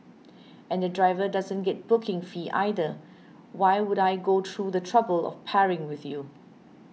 and the driver doesn't get booking fee either why would I go through the trouble of pairing with you